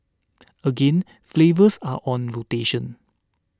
again flavours are on rotation